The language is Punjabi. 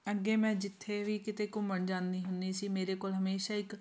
ਅੱਗੇ ਮੈਂ ਜਿੱਥੇ ਵੀ ਕਿਤੇ ਘੁੰਮਣ ਜਾਂਦੀ ਹੁੰਦੀ ਸੀ ਮੇਰੇ ਕੋਲ ਹਮੇਸ਼ਾ ਇੱਕ